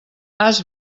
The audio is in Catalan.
has